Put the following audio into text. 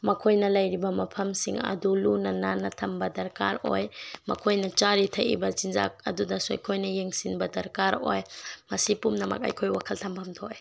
ꯃꯈꯣꯏꯅ ꯂꯩꯔꯤꯕ ꯃꯐꯝꯁꯤꯡ ꯑꯗꯨ ꯂꯨꯅ ꯅꯥꯟꯅ ꯊꯝꯕ ꯗꯔꯀꯥꯔ ꯑꯣꯏ ꯃꯈꯣꯏꯅ ꯆꯥꯔꯤ ꯊꯥꯛꯂꯤꯕ ꯆꯤꯟꯖꯥꯛ ꯑꯗꯨꯗꯁꯨ ꯑꯩꯈꯣꯏꯅ ꯌꯦꯡꯁꯤꯟꯕ ꯗꯔꯀꯥꯔ ꯑꯣꯏ ꯃꯁꯤ ꯄꯨꯝꯅꯃꯛ ꯑꯩꯈꯣꯏ ꯋꯥꯈꯜ ꯊꯝꯐꯝ ꯊꯣꯛꯑꯦ